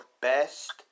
best